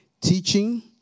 Teaching